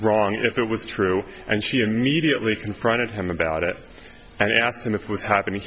wrong if it was true and she immediately confronted him about it and asked him if was happening